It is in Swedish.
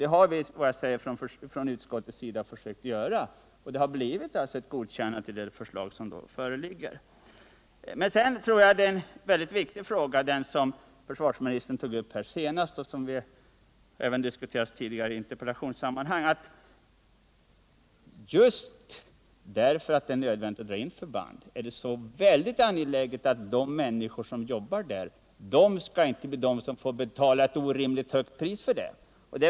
Det har vi från utskottets sida försökt göra, och det har resulterat i ett godkännande av det förslag som föreligger. Jag tror att det är en viktig fråga som försvarsministern senast tog upp— den har även diskuterats i interpellationssammanhang. Just därför att det är nödvändigt att dra in förband är det så angeläget att de personer som jobbar där inte skall betala ett orimligt högt pris för det.